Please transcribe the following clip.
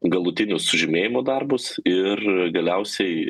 galutinius sužymėjimo darbus ir galiausiai